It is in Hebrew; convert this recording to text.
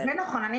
זה נכון.